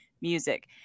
music